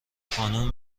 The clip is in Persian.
خانوم